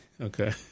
Okay